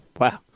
Wow